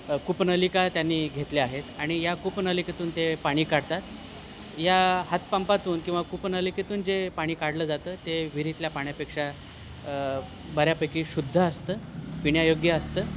कूपनलिका त्यांनी घेतल्या आहेत आणि या कूपनलिकेतून ते पाणी काढतात या हातपंपातून किंवा कूपनलिकेतून जे पाणी काढलं जातं ते विहिरीतल्या पाण्यापेक्षा बऱ्यापैकी शुद्ध असतं पिण्यायोग्य असतं